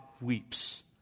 weeps